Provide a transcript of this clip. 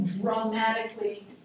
dramatically